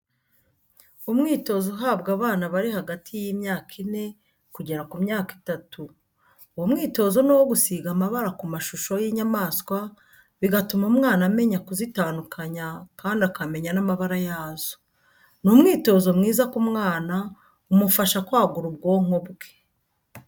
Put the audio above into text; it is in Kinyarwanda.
umwitozo uhabwa abana bari hagati y'imyaka ine kugera ku myaka itandatu, uwo mwitozo ni uwo gusiga amabara ku mashusho y'inyamaswa, bigatuma umwana amenya kuzitandukanya kandi akamenya n'amabara yazo. Ni umwitozo mwiza ku mwana umufasha kwagura ubwonko bwe.